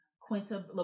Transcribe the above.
Quinta